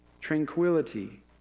tranquility